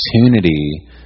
opportunity